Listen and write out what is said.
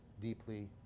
deeply